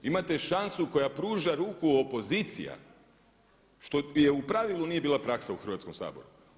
Imate šansu koja pruža ruku opozicija što je u pravilu nije bila praksa u Hrvatskom saboru.